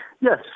Yes